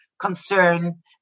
concern